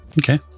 Okay